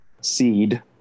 seed